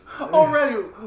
already